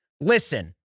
Listen